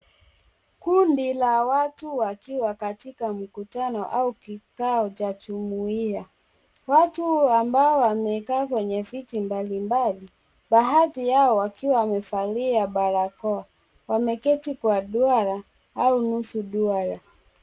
Kundi la watu wakiwa katika mkutano au kikao cha jumuiya. Watu ambao wamekaa kwenye viti ni mbalimbali baadhi yao wakiwa wamevalia barakoa. Wameketi kwa duara au nusu duara.